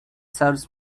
serves